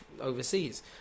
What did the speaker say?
Overseas